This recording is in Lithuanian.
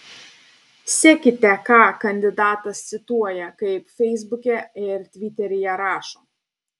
sekite ką kandidatas cituoja kaip feisbuke ir tviteryje rašo